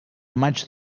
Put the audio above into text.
maig